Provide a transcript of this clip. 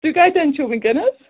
تُہۍ کَتٮ۪ن چھِو وُنکٮ۪نَس